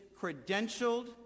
credentialed